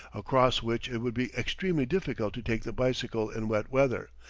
across which it would be extremely difficult to take the bicycle in wet weather,